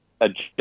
adjust